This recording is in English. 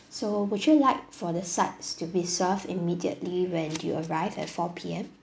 so would you like for the sides to be served immediately when you arrive at four P_M